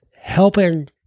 helping